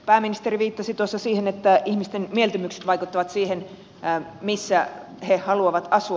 pääministeri viittasi tuossa siihen että ihmisten mieltymykset vaikuttavat siihen missä he haluavat asua